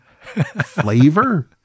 Flavor